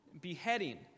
beheading